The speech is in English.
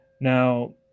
Now